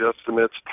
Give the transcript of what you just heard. estimates